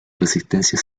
resistencia